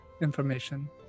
information